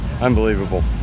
unbelievable